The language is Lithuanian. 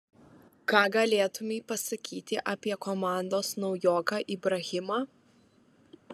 ką galėtumei pasakyti apie komandos naujoką ibrahimą